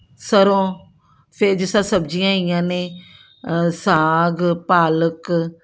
ਸਰੋਂ ਫਿਰ ਜਿਸ ਤਰ੍ਹਾਂ ਸਬਜ਼ੀਆਂ ਹੈਗੀਆਂ ਨੇ ਸਾਗ ਪਾਲਕ